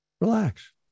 relax